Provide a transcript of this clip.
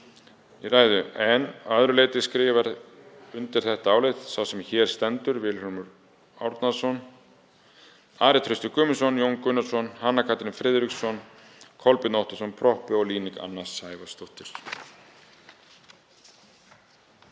í ræðu. Að öðru leyti skrifa undir þetta álit sá sem hér stendur, Vilhjálmur Árnason, Ari Trausti Guðmundsson, Jón Gunnarsson, Hanna Katrín Friðriksson, Kolbeinn Óttarsson Proppé og Líneik Anna Sævarsdóttir.